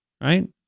right